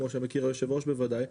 כמו שמכיר היושב-ראש בוודאי.